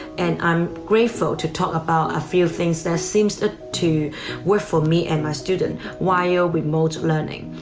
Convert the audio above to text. and i'm grateful to talk about a few things that seems to to work for me and my students while remote learning.